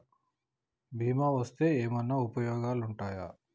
బీమా చేస్తే ఏమన్నా ఉపయోగాలు ఉంటయా?